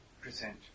present